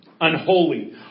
unholy